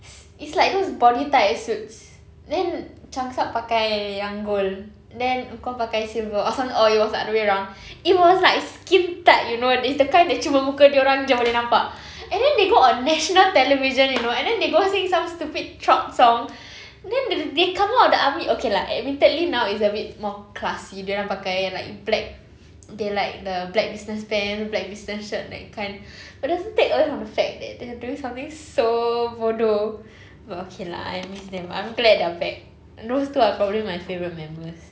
it's it's like those body tight suits then changsub pakai yang gold then eunkwang pakai yang silver or some or it was the other way around it was like skin tight you know it's the kind cuma muka dia orang jer boleh nampak and then they go on national television you know and then they go sing some stupid trot song then they come out of the army okay lah admittedly now is a bit more classy dia orang pakai macam like black they like the black business pants black business shirt that kind but doesn't take away from the fact that they are doing something so bodoh but okay lah I miss them I'm glad they're back those two are probably my favourite members